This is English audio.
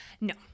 No